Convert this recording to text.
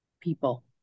people